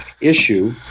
issue